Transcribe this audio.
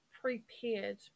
prepared